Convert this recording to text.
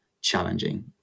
challenging